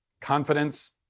confidence